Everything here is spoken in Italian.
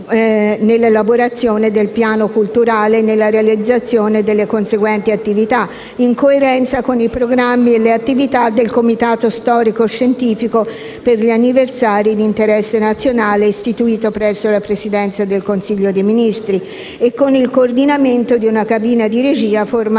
nell'elaborazione del piano culturale e nella realizzazione delle conseguenti attività, in coerenza con i programmi e le attività del comitato storico-scientifico per gli anniversari di interesse nazionale, istituito presso la Presidenza del Consiglio dei ministri, e con il coordinamento di una cabina di regia formata